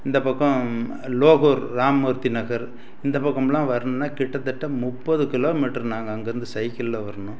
இந்த பக்கம் லோகூர் ராமமூர்த்தி நகர் இந்த பக்கமெலாம் வரணும்னால் கிட்டத்தட்ட முப்பது கிலோமீட்ரு நாங்கள் அங்கே இருந்து சைக்கிளில் வரணும்